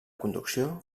conducció